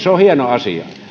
on hieno asia